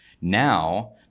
now